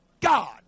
God